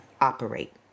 operate